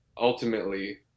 ultimately